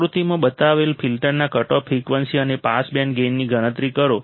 આકૃતિમાં બતાવેલ ફિલ્ટરના કટઓફ ફ્રિકવન્સી અને પાસ બેન્ડ ગેઇનની ગણતરી કરો